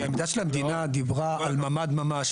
כי העמדה של המדינה דיבר העל ממ"ד ממש,